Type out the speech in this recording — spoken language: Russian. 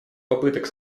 попыток